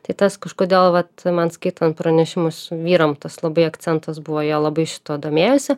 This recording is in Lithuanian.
tai tas kažkodėl vat man skaitant pranešimus vyram tas labai akcentas buvo jie labai šituo domėjosi